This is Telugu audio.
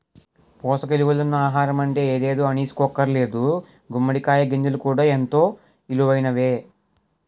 పోసక ఇలువలున్న ఆహారమంటే ఎదేదో అనీసుకోక్కర్లేదు గుమ్మడి కాయ గింజలు కూడా ఎంతో ఇలువైనయే